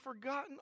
forgotten